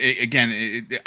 again